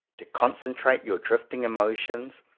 to concentrate your drifting emotions.